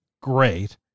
great